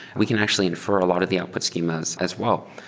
we can actually infer a lot of the output schemas as well.